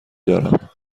دارم